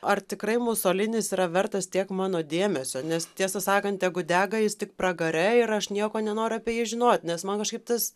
ar tikrai musolinis yra vertas tiek mano dėmesio nes tiesą sakant tegu dega jis tik pragare ir aš nieko nenoriu apie jį žinot nes man kažkaip tas